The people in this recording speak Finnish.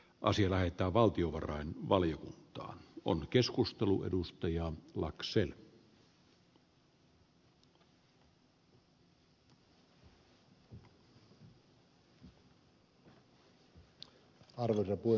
on sillä että valtiovarain valjettua on keskustelu edustaja arvoisa puhemies